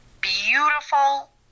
beautiful